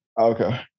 okay